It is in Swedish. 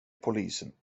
polisen